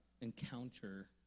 encounter